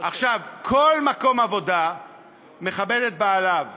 כל מקום עבודה מכבד את בעליו,